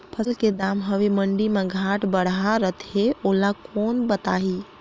फसल के दम हवे मंडी मा घाट बढ़ा रथे ओला कोन बताही?